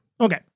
Okay